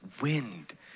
wind